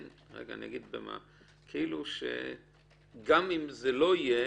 -- רגע, אני אגיד במה: כאילו שגם אם זה לא יהיה,